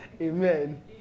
Amen